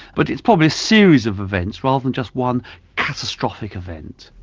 but it's probably a series of events rather than just one catastrophic event.